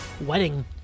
wedding